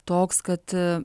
toks kad